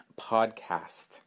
Podcast